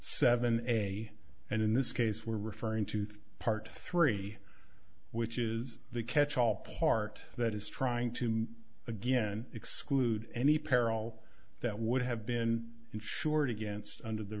seven a and in this case we're referring to three part three which is the catch all part that is trying to again exclude any peril that would have been insured against under the